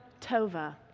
Tova